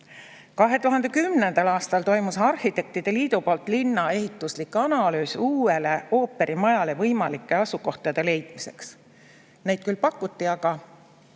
2010. aastal toimus arhitektide liidu linnaehituslik analüüs uuele ooperimajale võimalike asukohtade leidmiseks. Neid küll pakuti, aga